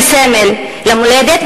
כסמל למולדת,